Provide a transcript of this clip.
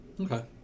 Okay